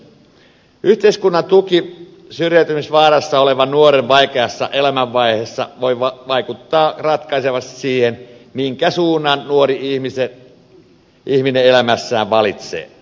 yhteiskunnan tuki syrjäytymisvaarassa olevan nuoren vaikeassa elämänvaiheessa voi vaikuttaa ratkaisevasti siihen minkä suunnan nuori ihminen elämässään valitsee